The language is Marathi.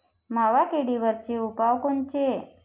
मावा किडीवरचे उपाव कोनचे?